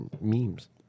memes